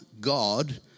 God